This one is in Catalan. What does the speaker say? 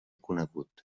conegut